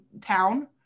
town